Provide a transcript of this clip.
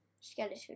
skeleton